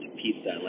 pizza